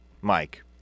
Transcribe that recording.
Mike